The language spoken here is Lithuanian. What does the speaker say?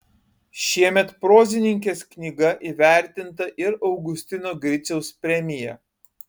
šiemet prozininkės knyga įvertinta ir augustino griciaus premija